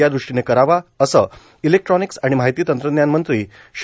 या दृष्टीनी करावा असं इलेक्ट्रानिक्स आणि माहिती तंत्रज्ञान मंत्री श्री